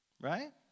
Right